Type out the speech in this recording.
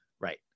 right